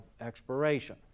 expiration